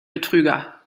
betrüger